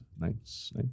Nice